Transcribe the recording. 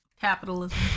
Capitalism